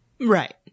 Right